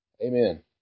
Amen